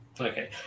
Okay